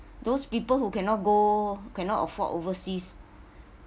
those people who cannot go cannot afford overseas